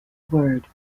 word